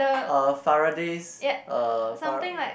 uh Faraday's uh Fara~